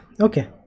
Okay